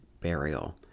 burial